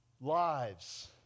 lives